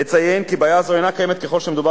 אציין כי בעיה זו אינה קיימת ככל שמדובר